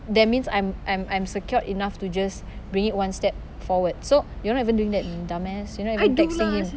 that means I'm I'm I'm secured enough to just bring it one step forward so you're not even doing that you dumb-ass you're not even texting him